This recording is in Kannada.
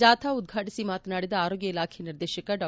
ಜಾಥಾ ಉದ್ರಾಟಿಸ ಮಾತನಾಡಿದ ಆರೋಗ್ಡ ಇಲಾಖೆ ನಿರ್ದೇಶಕ ಡಾ